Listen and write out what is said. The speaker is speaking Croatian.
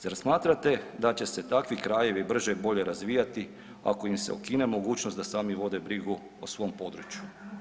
Zar smatrate da će se takvi krajevi brže, bolje razvijati ako im se ukine mogućnost da sami vode brigu o svom području?